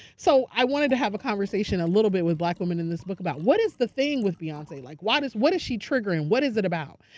so i wanted to have a conversation a little bit with black women in the book about what is the thing with beyonce. like what is what is she triggering? what is it about?